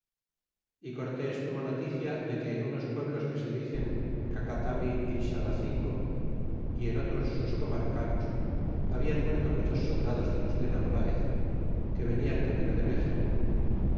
y cortes tuvo noticia de que en unos pueblos que se dicen cacatarni y xalacingo en otros sus comarcanos habían muerto muchos soldados de los de narvaez que venian camino de méxico